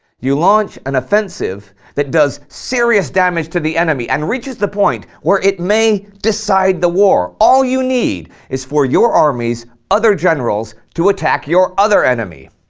you launch an offensive that does serious damage to the enemy and reaches the point where it may decide the war all you need is for your army's other generals to attack your other enemy